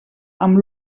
amb